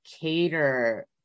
cater